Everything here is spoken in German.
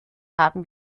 haben